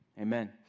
amen